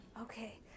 Okay